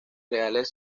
reales